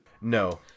No